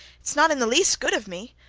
it's not in the least good of me.